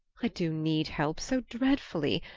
i do need help so dreadfully!